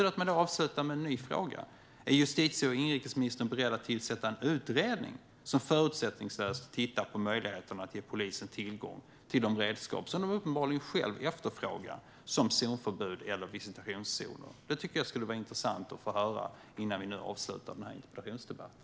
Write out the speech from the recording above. Låt mig då avsluta med en ny fråga: Är justitie och inrikesministern beredd att tillsätta en utredning som förutsättningslöst tittar på möjligheterna att ge polisen tillgång till de redskap som de uppenbarligen själva efterfrågar, som zonförbud eller visitationszoner? Det tycker jag skulle vara intressant att få höra innan vi avslutar denna interpellationsdebatt.